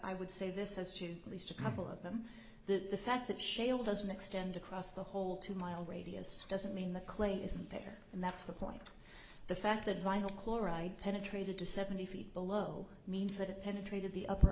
i would say this as you least a couple of them that the fact that shale doesn't extend across the whole two mile radius doesn't mean the clay isn't there and that's the point the fact that vinyl chloride penetrated to seventy feet below means that penetrated the upper